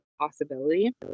possibility